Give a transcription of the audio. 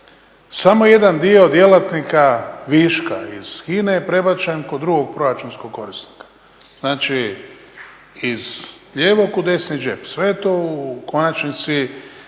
samo jedan dio djelatnika viška iz HINA-e je prebačen kod drugog proračunskog korisnika. Znači iz lijevog u desni džep, sve je to u konačnici